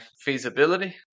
feasibility